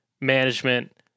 management